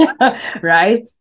right